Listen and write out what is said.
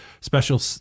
special